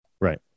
Right